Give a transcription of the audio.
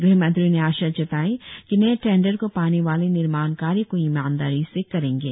गृह मंत्री ने आशा जताई कि नए टेंडर को पाने वाले निर्माण कार्य को ईमानदारी से करेंगे